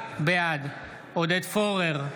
בעד עודד פורר,